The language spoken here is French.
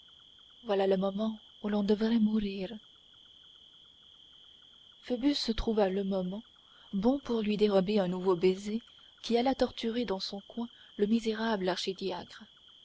voilà le moment où l'on devrait mourir phoebus trouva le moment bon pour lui dérober un nouveau baiser qui alla torturer dans son coin le misérable archidiacre